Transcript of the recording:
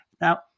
Now